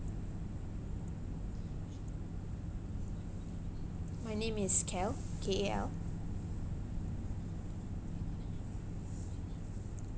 my name is kal K A L